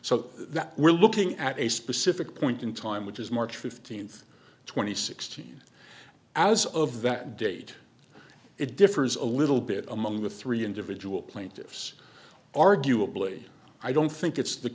that we're looking at a specific point in time which is march fifteenth two thousand and sixteen as of that date it differs a little bit among the three individual plaintiffs arguably i don't think it's the